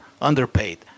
underpaid